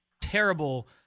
terrible